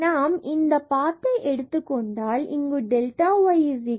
நாம் இந்த பாத்தை எடுத்துக் கொண்டால் இங்கு delta y m